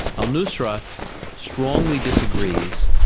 al-nusra strongly disagrees,